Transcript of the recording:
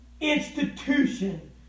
institution